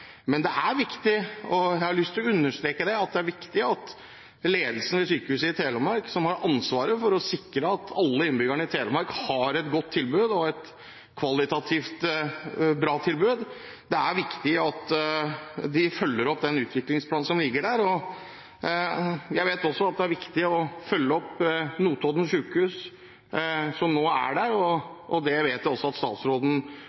Men det er viktig, og jeg har lyst til å understreke at det er viktig, at ledelsen ved Sykehuset Telemark, som har ansvar for å sikre at alle innbyggerne i Telemark har et godt og et kvalitativt bra tilbud, følger opp den utviklingsplanen som ligger der. Jeg vet også at det er viktig å følge opp Notodden sykehus som nå er der,